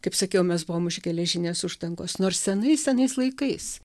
kaip sakiau mes buvom už geležinės uždangos nors senais senais laikais